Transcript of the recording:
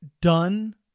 done